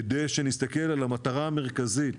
כדי שנסתכל על המטרה המרכזית,